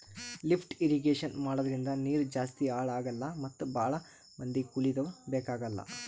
lift irrigation ಮಾಡದ್ರಿಂದ ನೀರ್ ಜಾಸ್ತಿ ಹಾಳ್ ಆಗಲ್ಲಾ ಮತ್ ಭಾಳ್ ಮಂದಿ ಕೂಲಿದವ್ರು ಬೇಕಾಗಲ್